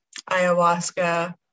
ayahuasca